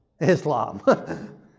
Islam